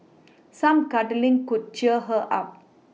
some cuddling could cheer her up